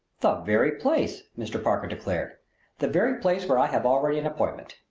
the very place! mr. parker declared the very place where i have already an appointment.